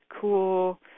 cool